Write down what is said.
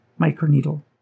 microneedle